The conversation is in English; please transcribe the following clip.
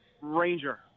Ranger